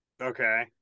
Okay